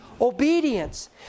Obedience